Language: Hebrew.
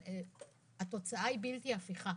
התוצאה היא בלתי הפיכה.